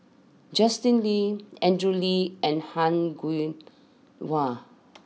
Justin Lean Andrew Lee and Han